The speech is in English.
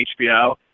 HBO